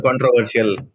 controversial